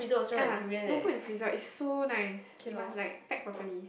ah no put in the freezer is so nice you must like pack properly